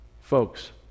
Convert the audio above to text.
Folks